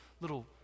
little